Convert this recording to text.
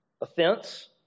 offense